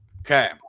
Okay